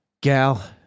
Gal